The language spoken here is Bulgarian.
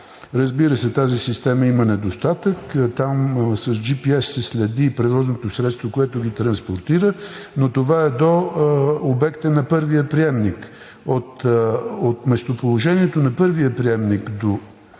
Разбира се, тази система има недостатък. Там с GPS се следи и превозното средство, което ги транспортира, но това е до обекта на първия приемник. От местоположението на първия приемник до